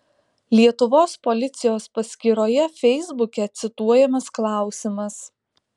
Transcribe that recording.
lietuvos policijos paskyroje feisbuke cituojamas klausimas